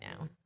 now